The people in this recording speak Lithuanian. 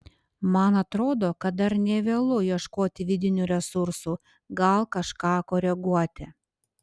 man atrodo kad dar ne vėlu ieškoti vidinių resursų gal kažką koreguoti